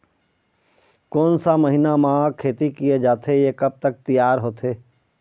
कोन सा महीना मा खेती किया जाथे ये कब तक तियार होथे?